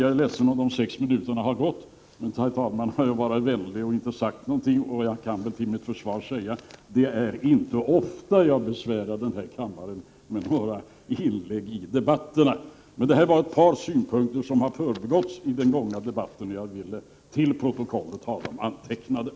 Jag är ledsen om jag överskridit mina sex minuter, men herr talmannen har varit vänlig nog att inte påtala detta. Jag kan väl till mitt försvar säga att det inte är ofta jag besvärar kammaren med inlägg i debatterna. Detta var ett par synpunkter som har förbigåtts i debatten, och jag ville ha dem antecknade till protokollet.